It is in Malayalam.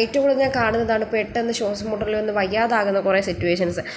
ഏറ്റവും കൂടുതൽ കാണുന്നതാണ് പെട്ടെന്നു ശ്വാസം മുട്ടൽ വന്നു വയ്യാതാകുന്ന കുറെ സീറ്റുവേഷൻസ്